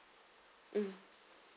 mm